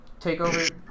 Takeover